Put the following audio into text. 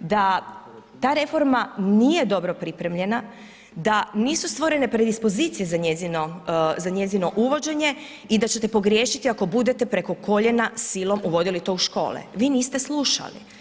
da ta reforma nije dobro pripremljena, da nisu stvorene predispozicije za njezino, za njezino uvođenje i da ćete pogriješiti ako budete preko koljena silom uvodili to u škole, vi niste slušali.